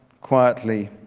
quietly